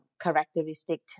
characteristic